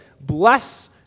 Bless